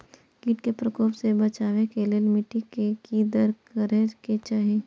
किट के प्रकोप से बचाव के लेल मिटी के कि करे के चाही?